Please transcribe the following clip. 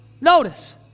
notice